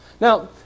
Now